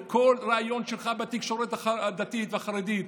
בכל ריאיון שלך בתקשורת הדתית והחרדית,